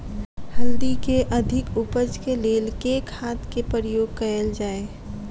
हल्दी केँ अधिक उपज केँ लेल केँ खाद केँ प्रयोग कैल जाय?